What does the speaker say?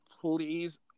please